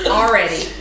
already